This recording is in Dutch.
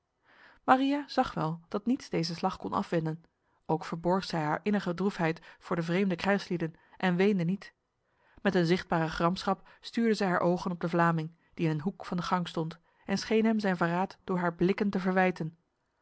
maria zag wel dat niets deze slag kon afwenden ook verborg zij haar innige droefheid voor de vreemde krijgslieden en weende niet met een zichtbare gramschap stuurde zij haar ogen op de vlaming die in een hoek van de gang stond en scheen hem zijn verraad door haar blikken te verwijten